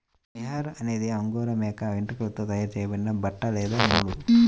mohair అనేది Angora మేక వెంట్రుకలతో తయారు చేయబడిన బట్ట లేదా నూలు